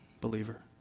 believer